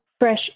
fresh